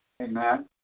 Amen